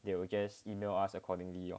they will just email us accordingly lor